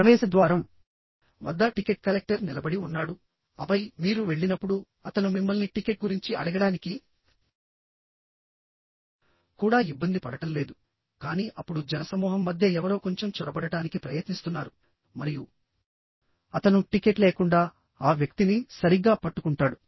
ప్రవేశ ద్వారం వద్ద టికెట్ కలెక్టర్ నిలబడి ఉన్నాడు ఆపై మీరు వెళ్ళినప్పుడు అతను మిమ్మల్ని టికెట్ గురించి అడగడానికి కూడా ఇబ్బంది పడటం లేదు కానీ అప్పుడు జనసమూహం మధ్య ఎవరో కొంచెం చొరబడటానికి ప్రయత్నిస్తున్నారు మరియు అతను టికెట్ లేకుండా ఆ వ్యక్తిని సరిగ్గా పట్టుకుంటాడు